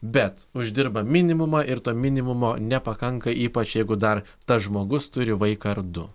bet uždirba minimumą ir to minimumo nepakanka ypač jeigu dar tas žmogus turi vaiką ar du